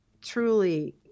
truly